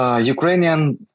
Ukrainian